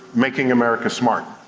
making america smart?